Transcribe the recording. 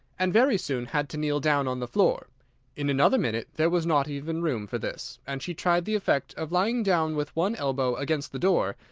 and very soon had to kneel down on the floor in another minute there was not even room for this, and she tried the effect of lying down with one elbow against the door,